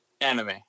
Anime